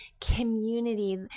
community